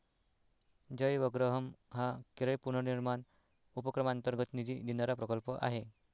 जयवग्रहम हा केरळ पुनर्निर्माण उपक्रमांतर्गत निधी देणारा प्रकल्प आहे